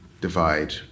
divide